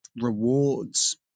rewards